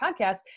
podcast